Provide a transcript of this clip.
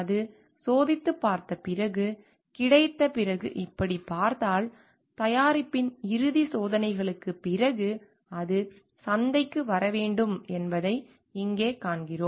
அது சோதித்துப் பார்த்த பிறகு கிடைத்த பிறகு இப்படிப் பார்த்தால் தயாரிப்பின் இறுதி சோதனைக்குப் பிறகு அது சந்தைக்கு வர வேண்டும் என்பதை இங்கே காண்கிறோம்